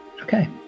Okay